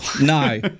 No